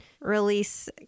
release